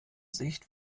sicht